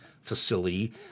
facility